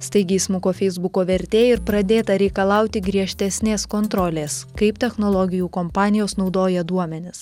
staigiai smuko feisbuko vertė ir pradėta reikalauti griežtesnės kontrolės kaip technologijų kompanijos naudoja duomenis